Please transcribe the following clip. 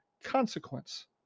consequence